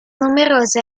numerose